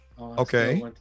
Okay